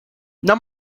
não